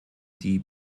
die